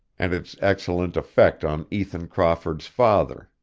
and its excellent effect on ethan crawford's father,